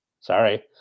Sorry